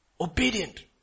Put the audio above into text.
obedient